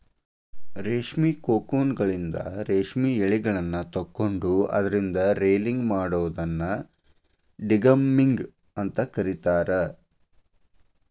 ರೇಷ್ಮಿ ಕೋಕೂನ್ಗಳಿಂದ ರೇಷ್ಮೆ ಯಳಿಗಳನ್ನ ತಕ್ಕೊಂಡು ಅದ್ರಿಂದ ರೇಲಿಂಗ್ ಮಾಡೋದನ್ನ ಡಿಗಮ್ಮಿಂಗ್ ಅಂತ ಕರೇತಾರ